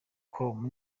com